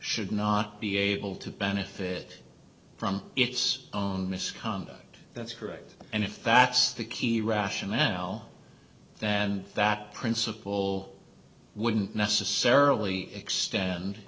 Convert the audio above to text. should not be able to benefit from its own misconduct that's correct and if that's the key rationale than that principle wouldn't necessarily extend